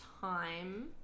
time